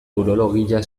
urologia